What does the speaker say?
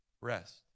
rest